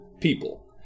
people